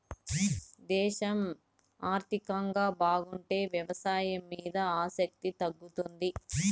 దేశం ఆర్థికంగా బాగుంటే వ్యవసాయం మీద ఆసక్తి తగ్గుతుంది